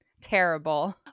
Terrible